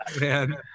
man